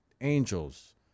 angels